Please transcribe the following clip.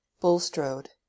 Bulstrode